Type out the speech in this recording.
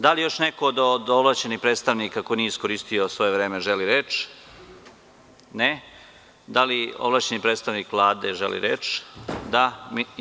Da li još neko od ovlašćenih predstavnika ko nije iskoristio svoje vreme, želi reč? (Ne.) Da li ovlašćeni predstavnik Vlade želi reč?